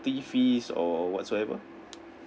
fees or what so ever